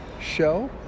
show